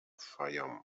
fayoum